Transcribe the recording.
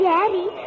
Daddy